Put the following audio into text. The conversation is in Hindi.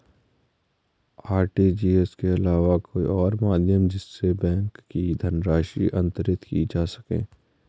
आर.टी.जी.एस के अलावा कोई और माध्यम जिससे बैंक धनराशि अंतरित की जा सके?